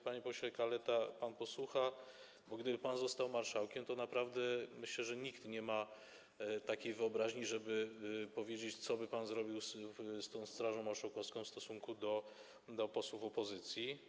Panie pośle Kaleta, niech pan posłucha, bo gdyby pan został marszałkiem, to myślę, że nikt nie ma takiej wyobraźni, żeby powiedzieć, co by pan zrobił z tą Strażą Marszałkowską w stosunku do posłów opozycji.